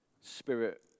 Spirit